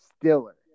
Stiller